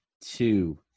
two